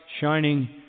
shining